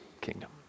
kingdom